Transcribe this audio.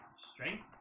Strength